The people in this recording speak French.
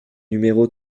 numéro